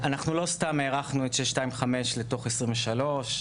לא סתם הארכנו את 625 לתוך 2023,